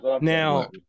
Now